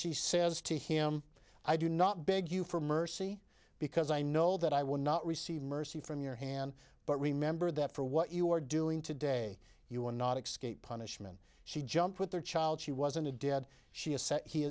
she says to him i do not beg you for mercy because i know that i will not receive mercy from your hand but remember that for what you are doing today you are not excused punishment she jumped with their child she wasn't a dead she is he